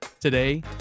Today